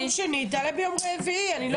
יביאו נתונים.